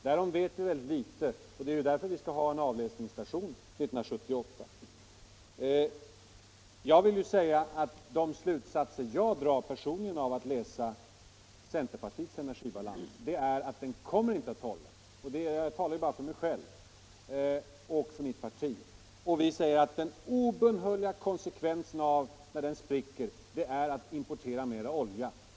Därom vet vi ytterst litet, och det är ju därför som vi skall ha en avläsningsstation 1978. De slutsatser jag personligen drar av denna centerpartiets energibalans är att den inte kommer att hålla. Jag talar här bara för mig själv och mitt parti. Vi säger att den obönhörliga konsekvensen av att den spricker blir att importera mera olja.